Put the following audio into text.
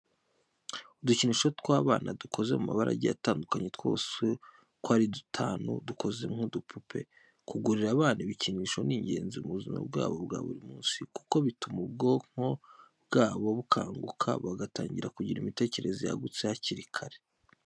Udukinisho tw'abana dukoze mu mabara agiye atandukanye, twose uko ari dutanu dukoze nk'udupupe. Kugurira abana ibikinisho ni ingenzi mu buzima bwabo bwa buri munsi kuko bituma ubwonko bwabo bukanguka bagatangira kugira imitekerereze yagutse hakiri kare.